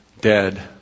dead